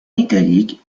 italique